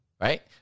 Right